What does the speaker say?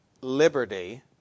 liberty